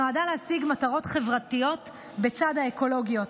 שנועדה להשיג מטרות חברתיות לצד האקולוגיות,